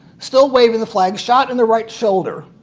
still waving the flag, shot in the right shoulder.